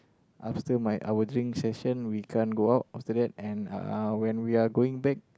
after my our drink session we can't go out after that and uh when we're going back